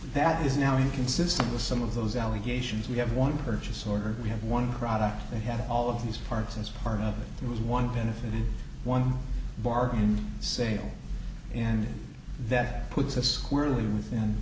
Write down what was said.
that is now inconsistent with some of those allegations we have one purchase order we have one product they had all of these parts as part of that there was one benefit in one bargain sale and that puts us squarely within